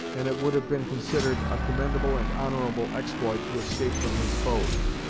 and it would have been considered a commendable and honorable exploit to escape from his foes.